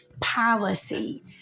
policy